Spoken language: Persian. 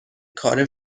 کار